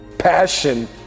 Passion